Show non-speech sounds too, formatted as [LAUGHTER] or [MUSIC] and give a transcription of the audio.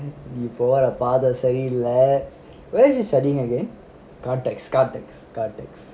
நீ போற பாதை செஞ்சிருவ:nee pora pathai senjiruva [LAUGHS] cortex cortex cortex